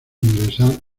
ingresar